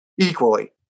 equally